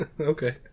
Okay